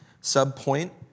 sub-point